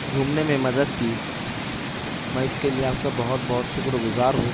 گھومنے میں مدد کی میں اس کے لیے آپ کا بہت بہت شکرگزار ہوں